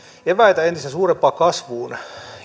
eväitä entistä suurempaan kasvuun